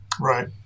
Right